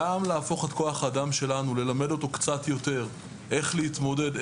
גם ללמד את כוח האדם שלנו קצת יותר איך להתמודד,